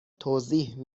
توضیح